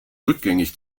rückgängig